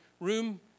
room